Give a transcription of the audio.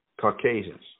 Caucasians